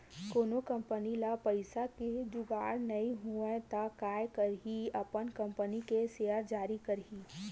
कोनो कंपनी ल पइसा के जुगाड़ नइ होवय त काय करही अपन कंपनी के सेयर जारी करही